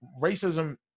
racism